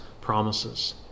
promises